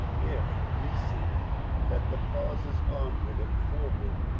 if we see that the cause is onward and forward,